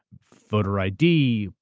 voter id,